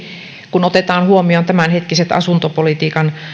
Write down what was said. kun otetaan huomioon tämänhetkiset asuntopolitiikan